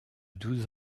douze